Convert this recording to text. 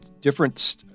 different